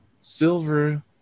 silver